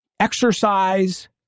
Exercise